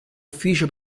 ufficio